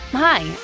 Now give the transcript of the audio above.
Hi